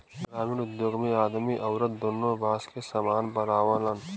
ग्रामिण उद्योग मे आदमी अउरत दुन्नो बास के सामान बनावलन